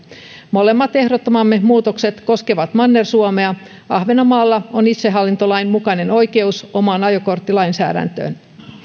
molemmat ehdottamamme muutokset koskevat manner suomea ahvenanmaalla on itsehallintolain mukainen oikeus omaan ajokorttilainsäädäntöön